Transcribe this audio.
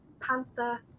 panther